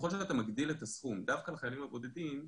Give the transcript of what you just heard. ככל שאתה מגביל את הסכום דווקא לחיילים הבודדים,